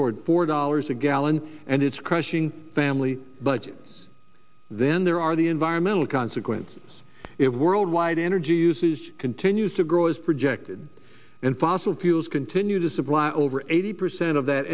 toward four dollars a gallon and it's crushing mely budget then there are the environmental consequences if worldwide energy usage continues to grow as projected and fossil fuels continue to supply over eighty percent of that